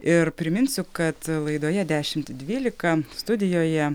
ir priminsiu kad laidoje dešimt dvylika studijoje